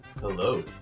Hello